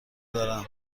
دارم